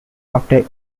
after